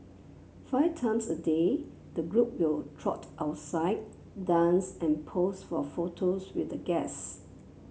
five times a day the group will trot outside dance and pose for photos with the guests